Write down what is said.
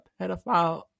pedophile